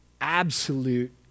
Absolute